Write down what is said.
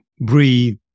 breathe